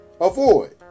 avoid